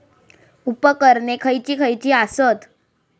उपकरणे खैयची खैयची आसत?